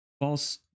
false